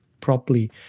properly